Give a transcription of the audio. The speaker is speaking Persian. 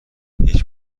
هیچ